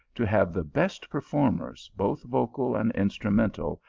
to have the best per formers, both vocal and instrumental,